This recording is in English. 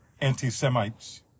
anti-Semites